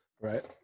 Right